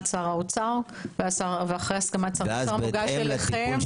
שר האוצר ואחרי הסכמת שר האוצר מוגש אליכם.